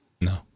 no